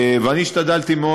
ואני השתדלתי מאוד,